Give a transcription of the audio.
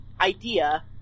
idea